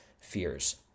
fears